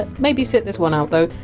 and maybe sit this one out though,